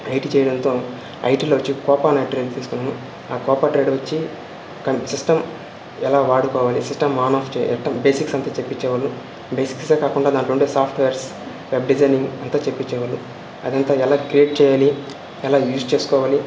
IT చేయడంతో ఐటీలో వచ్చి కోపానట్రి అని తీసుకున్నాను ఆ కోపా ట్రేడ్ వచ్చి సిస్టం ఎలా వాడుకోవాలి సిస్టం ఆన్ ఆఫ్ చే ఎట్టా బేసిక్స్ అంతా చెప్పిచ్చేవాళ్ళు బేసిక్సే కాకుండా దాంట్లో ఉండే సాఫ్ట్వేర్స్ వెబ్ డిజైనింగ్ అంతా చెప్పిచ్చేవాళ్ళు అదంతా ఎలా క్రియేట్ చెయ్యాలి ఎలా యూజ్ చేసుకోవాలి